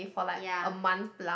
ya